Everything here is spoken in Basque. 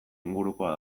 ingurukoa